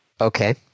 Okay